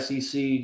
SEC